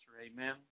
Amen